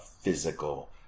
physical